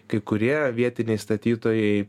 kai kurie vietiniai statytojai